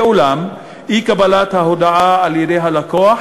ואולם, אי-קבלת ההודעה על-ידי הלקוח,